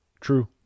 True